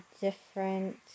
different